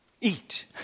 Eat